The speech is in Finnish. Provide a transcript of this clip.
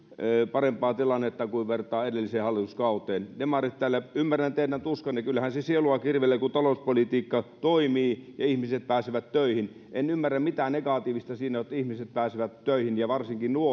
parempaa tilannetta kuin jos vertaa edelliseen hallituskauteen demarit täällä ymmärrän teidän tuskanne kyllähän se sielua kirvelee kun talouspolitiikka toimii ja ihmiset pääsevät töihin en ymmärrä mitä negatiivista siinä on että ihmiset pääsevät töihin ja varsinkin nuoret